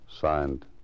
Signed